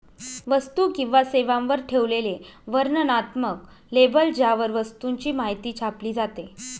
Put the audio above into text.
वस्तू किंवा सेवांवर ठेवलेले वर्णनात्मक लेबल ज्यावर वस्तूची माहिती छापली जाते